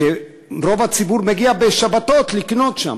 כשרוב הציבור מגיע בשבתות לקנות שם,